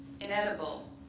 inedible